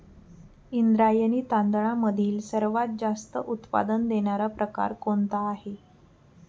इंद्रायणी तांदळामधील सर्वात जास्त उत्पादन देणारा प्रकार कोणता आहे?